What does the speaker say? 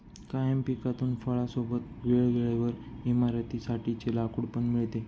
कायम पिकातून फळां सोबतच वेळे वेळेवर इमारतीं साठी चे लाकूड पण मिळते